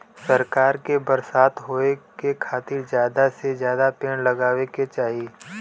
सरकार के बरसात होए के खातिर जादा से जादा पेड़ लगावे के चाही